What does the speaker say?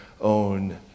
own